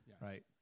right